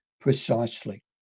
precisely